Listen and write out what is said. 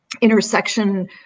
intersection